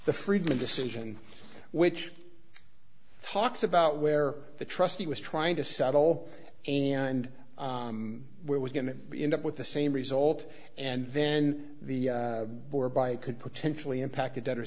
the freedmen decision which talks about where the trustee was trying to settle and where was going to end up with the same result and then the four by could potentially impact the debtors